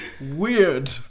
Weird